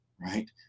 right